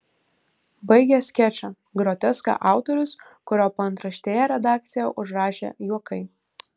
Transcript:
baigia skečą groteską autorius kurio paantraštėje redakcija užrašė juokai